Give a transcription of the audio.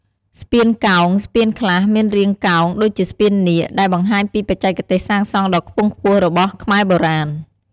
ស្ពានកោង ស្ពានខ្លះមានរាងកោងដូចជាស្ពាននាគ ដែលបង្ហាញពីបច្ចេកទេសសាងសង់ដ៏ខ្ពង់ខ្ពស់របស់ខ្មែរបុរាណ។